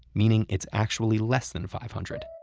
meaning it's actually less than five hundred.